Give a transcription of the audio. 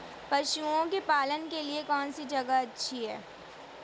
पशुओं के पालन के लिए कौनसी जगह अच्छी है?